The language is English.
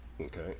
Okay